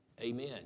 Amen